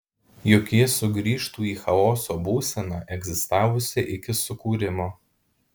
juk ji sugrįžtų į chaoso būseną egzistavusią iki sukūrimo